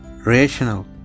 Rational